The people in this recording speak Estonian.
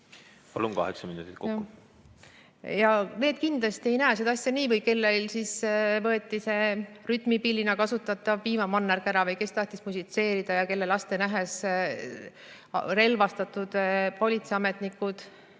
inimesed kindlasti ei näe seda asja nii, kellelt võeti rütmipillina kasutatav piimamannerg ära, või kes tahtis musitseerida ja kelle laste nähes hakkasid relvastatud politseiametnikud